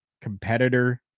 competitor